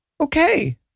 Okay